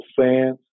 fans